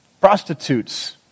prostitutes